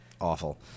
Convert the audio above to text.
awful